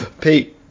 pete